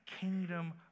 kingdom